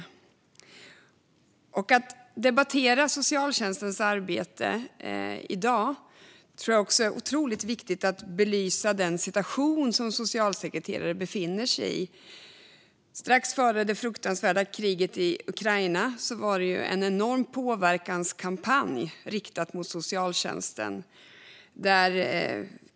När man i dag debatterar socialtjänstens arbete är det otroligt viktigt att belysa den situation som socialsekreterare befinner sig i. Strax före det fruktansvärda kriget i Ukraina skedde en enorm påverkanskampanj riktad mot socialtjänsten.